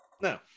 No